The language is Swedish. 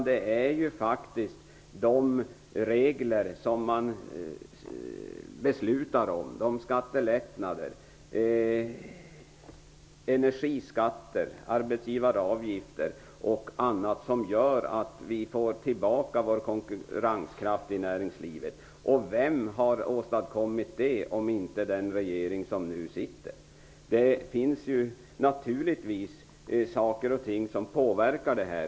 Det är ju de beslut som har fattats om skattelättnader, energiskatter och arbetsgivaravgifter som har gjort att näringslivet har fått tillbaka sin konkurrenskraft. Vem har åstadkommit detta om inte den nuvarande regeringen. Det finns naturligtvis saker och ting som påverkar utvecklingen.